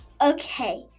Okay